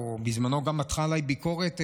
בזמנו גם מתחה עלי ביקורת,